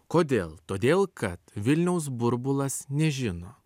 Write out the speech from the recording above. kodėl todėl kad vilniaus burbulas nežino